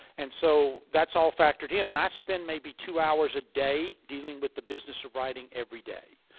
and so that's all factored in. and i spend maybe two hours a day dealing with the business of writing, every day.